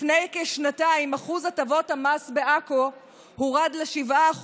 לפני כשנתיים שיעור הטבות המס בעכו הורד ל-7%,